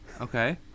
Okay